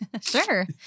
Sure